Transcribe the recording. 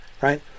right